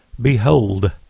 Behold